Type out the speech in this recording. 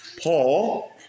Paul